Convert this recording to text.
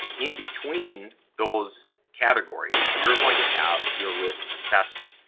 in between those categories, you're going to have your risk assessment.